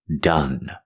Done